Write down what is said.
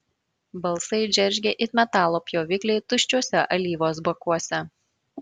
balsai džeržgė it metalo pjovikliai tuščiuose alyvos bakuose